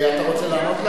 אתה רוצה לענות לה?